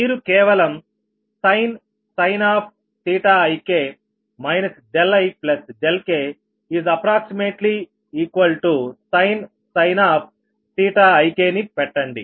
మీరు కేవలం sin ik ik sin ikని పెట్టండి